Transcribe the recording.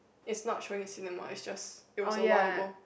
is not showing in cinema is just is a while ago